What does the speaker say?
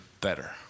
better